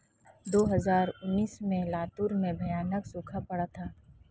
दो हज़ार उन्नीस में लातूर में भयानक सूखा पड़ा था